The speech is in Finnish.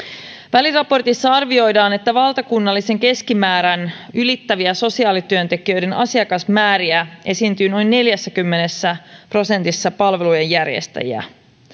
väliraportissa arvioidaan että valtakunnallisen keskimäärän ylittäviä sosiaalityöntekijöiden asiakasmääriä esiintyy noin neljässäkymmenessä prosentissa palvelujen järjestäjistä